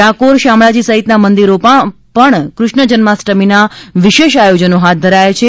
ડાકોર શામળાજી સહિતના મંદિરોમાં પણ કૃષ્ણ જન્માષ્ટમીના વિશેષ આયોજનો હાથ ધરાયા છે